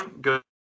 Good